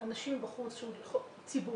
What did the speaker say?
אנשים מבחוץ שהוא ציבורי,